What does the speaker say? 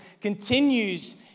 continues